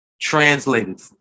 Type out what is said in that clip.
translated